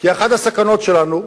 כי אחת הסכנות שלנו,